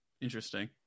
Interesting